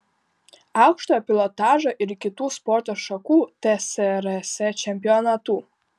aukštojo pilotažo ir kitų sporto šakų tsrs čempionatų